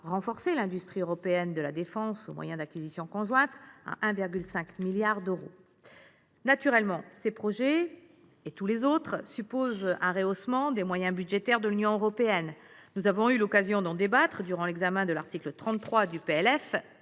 renforcer l’industrie européenne de la défense au moyen d’acquisitions conjointes, à 1,5 milliard d’euros ? Naturellement, ces projets et tous les autres supposent un rehaussement des moyens budgétaires de l’Union européenne. Nous avons eu l’occasion d’en débattre lors de l’examen de l’article 33 du